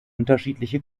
unterschiedliche